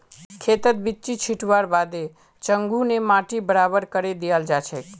खेतत बिच्ची छिटवार बादे चंघू ने माटी बराबर करे दियाल जाछेक